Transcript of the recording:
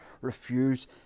refuse